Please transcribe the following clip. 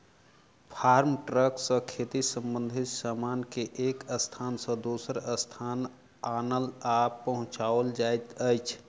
farm truck सॅ खेती संबंधित सामान के एक स्थान सॅ दोसर स्थान आनल आ पहुँचाओल जाइत अछि